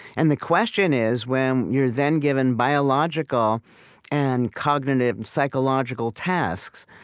and the question is, when you're then given biological and cognitive and psychological tasks,